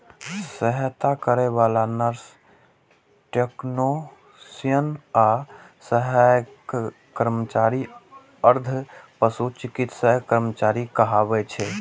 सहायता करै बला नर्स, टेक्नेशियन आ सहायक कर्मचारी अर्ध पशु चिकित्सा कर्मचारी कहाबै छै